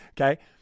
Okay